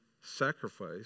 sacrifice